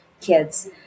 kids